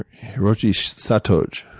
hiroshi satoge.